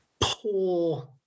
poor